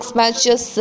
matches